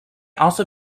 also